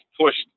pushed